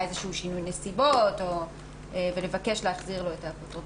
שינוי נסיבות ולבקש להחזיר לו את האפוטרופסות.